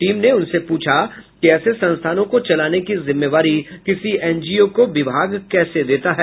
team ने उनसे पूछा कि ऐसे संस्थानों को चलाने की जिम्मेवारी किसी एनजीओ को विभाग कैसे देता है